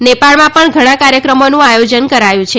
નેપાળમાં પણ ઘણા કાર્યક્રમોનુ આયોજન કરાયું છે